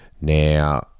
Now